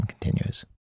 continues